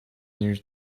near